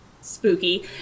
spooky